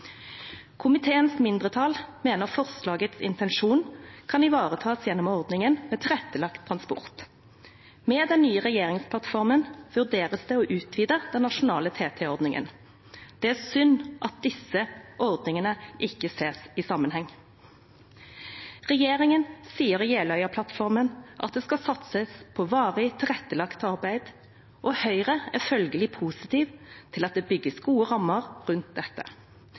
Komiteens mindretall mener forslagets intensjon kan ivaretas gjennom ordningen med tilrettelagt transport. Med den nye regjeringsplattformen vurderes det å utvide den nasjonale TT-ordningen, og det er synd at ikke disse ordningene ses i sammenheng. Regjeringen sier i Jeløya-plattformen at det skal satses på varig tilrettelagt arbeid, og Høyre er følgelig positiv til at det bygges gode rammer rundt dette.